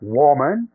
woman